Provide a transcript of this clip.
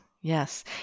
Yes